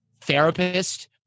therapist